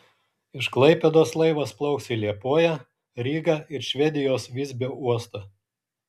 iš klaipėdos laivas plauks į liepoją rygą ir švedijos visbio uostą